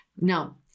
Now